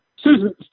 Susan